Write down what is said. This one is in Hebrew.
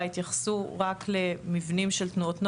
התייחסו רק למבנים של תנועות נוער,